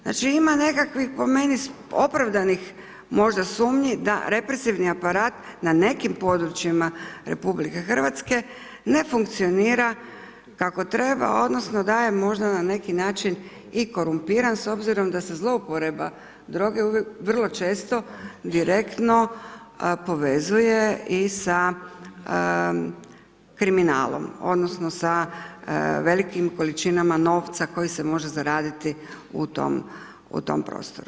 Znači ima nekakvih po meni, opravdanih možda sumnji da represivni aparat na nekim područjima RH ne funkcionira kako treba odnosno, da je možda na neki način i korumpiran, s obzirom da se zlouporaba droge vrlo često, direktno, povezuje i sa kriminalom, odnosno, sa velikim količinama novca koje se mogu zaraditi u tom prostoru.